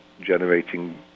generating